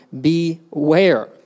beware